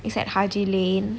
it's at haji lane